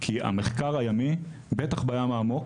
כי למחקר הימי בטח בים העמוק